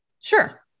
Sure